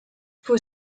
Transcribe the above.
for